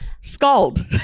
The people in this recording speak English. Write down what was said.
Scald